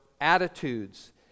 attitudes